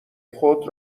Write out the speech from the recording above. خود